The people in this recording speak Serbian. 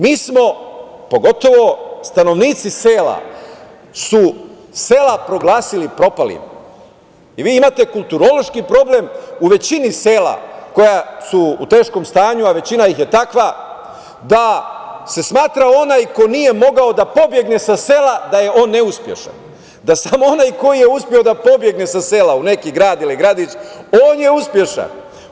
Mi smo, pogotovo stanovnici sela su sela proglasili propalim i vi imate kulturološki problem u većini sela, koja su u teškom stanju, a većina ih je takva, da se smatra da onaj ko nije mogao da pobegne sa sela, da je on neuspešan, da samo onaj ko je uspeo da pobegne sa sela u neki grad ili gradić, on je uspešan.